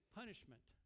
punishment